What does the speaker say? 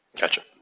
Gotcha